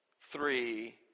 three